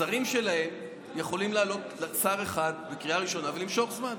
שר אחד יכול לעלות בקריאה ראשונה ולמשוך זמן.